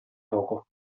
fuoco